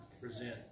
present